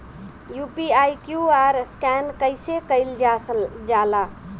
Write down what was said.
UPI QR scan कइसे कईल जा ला?